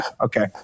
okay